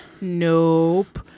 nope